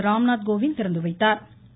ராம்நாத் கோவிந்த் திறந்து வைத்தாா்